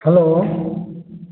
hello